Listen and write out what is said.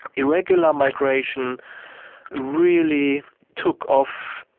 irregular migration really took off,